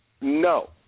No